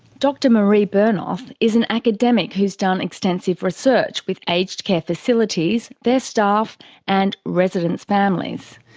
dr maree bernoth is an academic who's done extensive research with aged care facilities, their staff and residents' families.